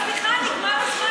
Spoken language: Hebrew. סליחה, נגמר הזמן